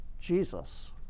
Jesus